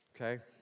Okay